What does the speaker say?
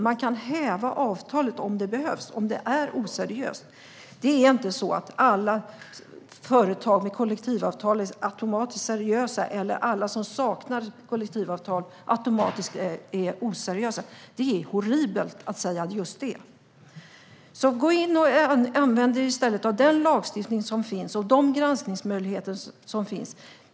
Man kan häva avtalet om det behövs, om det är oseriöst. Det är inte så att alla företag med kollektivavtal automatiskt är seriösa eller att alla som saknar kollektivavtal automatiskt är oseriösa. Det är horribelt att säga just detta. Använd er i stället av den lagstiftning och de granskningsmöjligheter som finns.